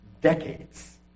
decades